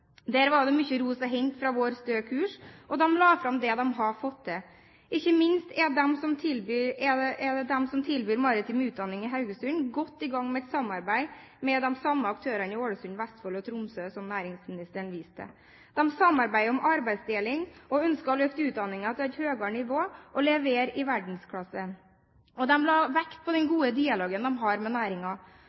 Der var det mye ros å hente for vår støe kurs, og de la fram det de hadde fått til. Ikke minst er de som tilbyr maritim utdanning i Haugesund, godt i gang med et samarbeid med de samme aktørene i Ålesund, Vestfold og Tromsø, som næringsministeren viste til. De samarbeider om arbeidsdeling og ønsker å løfte utdanningen til et høyere nivå og levere i verdensklasse. De la vekt på den gode dialogen de har med